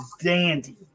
dandy